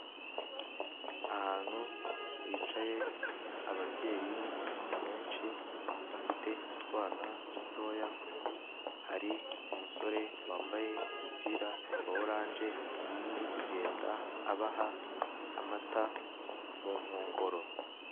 Ahantu hicaye ababyeyi benshi bafite utwana dutoya, hari umusore wambaye umupira wa orange, uri kugenda abaha amata mu nkongoro.